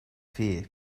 fear